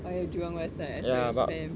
oh ya jurong west right I saw your spam